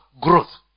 growth